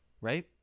Right